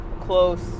close